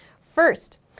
First